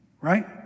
Right